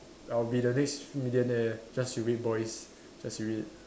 I'll be the next millionaire just you wait boys just you wait